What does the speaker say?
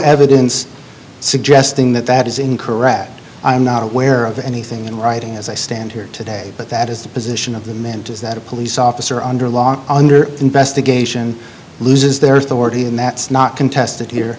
evidence suggesting that that is incorrect i'm not aware of anything in writing as i stand here today but that is the position of the mint is that a police officer under law under investigation loses their authority and that's not contested here